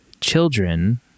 children